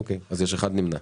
אוקיי, אז יש אחד נמנע.